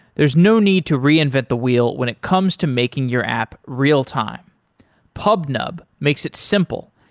there is no need to reinvent the wheel when it comes to making your app real-time pubnub makes it simple,